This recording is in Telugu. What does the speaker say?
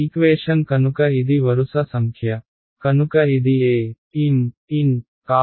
ఈక్వేషన్ కనుక ఇది వరుస సంఖ్య కనుక ఇది a m n